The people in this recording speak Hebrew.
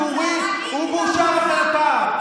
תקציב המנכ"ל של המשרד של אורלי לוי אינו מדומיין,